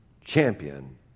champion